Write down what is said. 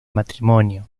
matrimonio